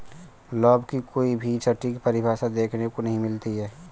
लाभ की कोई भी सटीक परिभाषा देखने को नहीं मिलती है